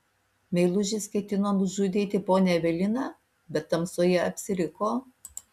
meilužis ketino nužudyti ponią eveliną bet tamsoje apsiriko